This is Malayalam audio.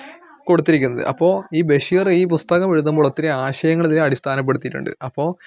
കൊടുത്തിരിക്കുന്നത് അപ്പോൾ ഈ ബഷീറ് ഈ പുസ്തകമെഴുതുമ്പൊളൊത്തിരി ആശയങ്ങളിതിനെ അടിസ്ഥാനപ്പെടുത്തിയിട്ടുണ്ട് അപ്പോൾ